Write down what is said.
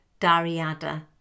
Dariada